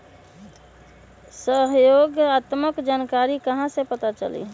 सहयोगात्मक जानकारी कहा से पता चली?